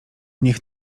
niech